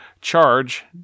charge